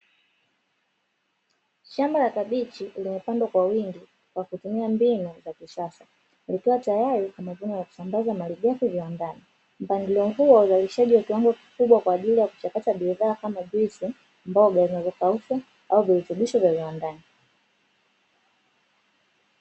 Shamba la kabichi, limepandwa kwa wingi kwa kutumia mbinu za kisasa. Likiwa tayari limevunwa na kusambaza malighafi viwandani. Mpangilio huu wa uzalishaji kwa kiwango kikubwa kwa ajili ya kuchakata bidhaa kama juisi, mboga zinazokaushwa au virutubisho vya viwandani.